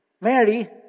Mary